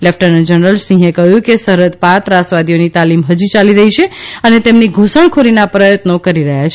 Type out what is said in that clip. lieutenant general સિંહે કહ્યું કે સરહદ પાર ત્રાસવાદીઓની તાલીમ હજી યાલી રહી છે અને તેમની ધુસણખોરીના પ્રયત્નો કરી રહ્યા છે